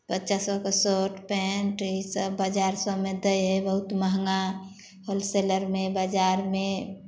बच्चा सभके shirt pant ईसब बजार सबमे दै हइ बहुत महगा होलसेलरमे बजारमे